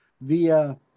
via